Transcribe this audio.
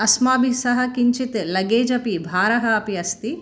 अस्माभिः सह किञ्चित् लगेज् अपि भारः अपि अस्ति